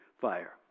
fire